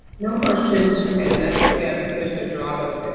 no questions. okay, i'm not sure we have commissioner geraldo.